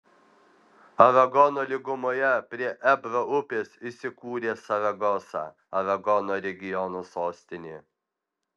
aragono lygumoje prie ebro upės įsikūrė saragosa aragono regiono sostinė